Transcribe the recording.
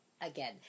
again